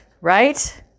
right